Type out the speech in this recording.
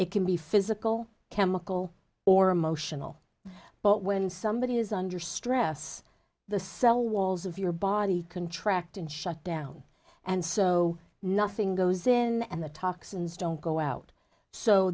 it can be physical chemical or emotional but when somebody is under stress the cell walls of your body contract and shut down and so nothing goes in and the toxins don't go out so